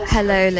Hello